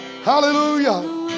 Hallelujah